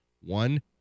One